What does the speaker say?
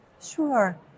Sure